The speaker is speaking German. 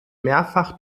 mehrfach